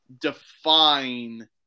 define